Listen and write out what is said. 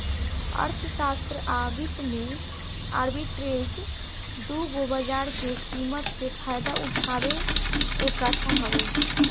अर्थशास्त्र आ वित्त में आर्बिट्रेज दू गो बाजार के कीमत से फायदा उठावे के प्रथा हवे